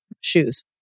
shoes